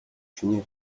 чиний